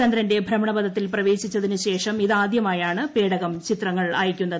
ചന്ദ്രന്റെ ഭ്രമണപഥത്തിൽ പ്രവേശിച്ചതിനുശേഷം ഇതാദ്യമായാണ് പേടകം ചിത്രങ്ങൾ അയക്കുന്നത്